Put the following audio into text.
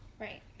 Right